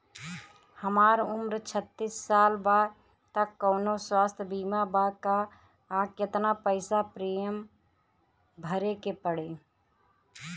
हमार उम्र छत्तिस साल बा त कौनों स्वास्थ्य बीमा बा का आ केतना पईसा प्रीमियम भरे के पड़ी?